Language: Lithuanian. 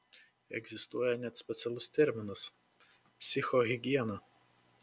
egzistuoja net specialus terminas psichohigiena